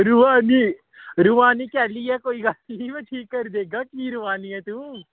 रोआ नी रोआ नी कैह्ली ऐ में ठीक करी देगा तुगी की रोआ नी ऐ तूं